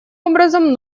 образом